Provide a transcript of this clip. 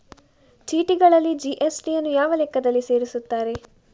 ಚೀಟಿಗಳಲ್ಲಿ ಜಿ.ಎಸ್.ಟಿ ಯನ್ನು ಯಾವ ಲೆಕ್ಕದಲ್ಲಿ ಸೇರಿಸುತ್ತಾರೆ?